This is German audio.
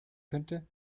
könnte